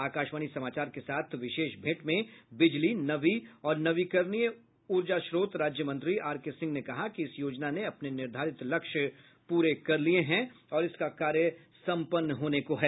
आकाशवाणी समाचार के साथ विशेष भेंट में बिजली नवी और नवीकरणीय ऊर्जा स्रोत राज्यमंत्री आरके सिंह ने कहा कि इस योजना ने अपने निर्धारित लक्ष्य पूरे कर लिए हैं और इसका कार्य सम्पन्न होने को है